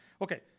Okay